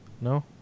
No